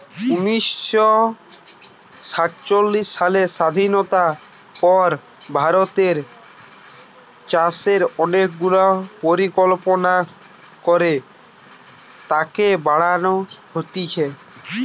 উনিশ শ সাতচল্লিশ সালের স্বাধীনতার পর ভারতের চাষে অনেক গুলা পরিকল্পনা করে তাকে বাড়ান হতিছে